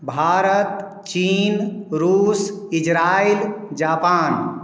भारत चीन रूस Israel Japan